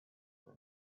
for